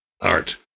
art